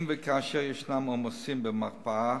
אם וכאשר יש עומסים במרפאה,